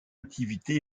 activité